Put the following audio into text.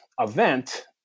event